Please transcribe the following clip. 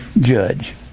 Judge